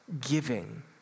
giving